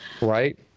Right